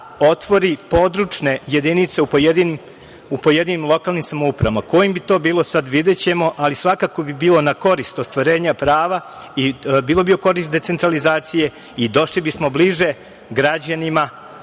otvori područne jedinice u pojedinim lokalnim samoupravama. Kojim bi to bilo, sada videćemo, ali svako bi bilo na korist ostvarenja prava i bilo bi u korist decentralizacije i došli bismo bliže građanima